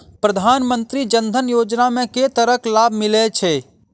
प्रधानमंत्री जनधन योजना मे केँ तरहक लाभ मिलय छै?